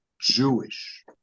Jewish